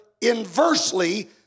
inversely